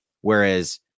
Whereas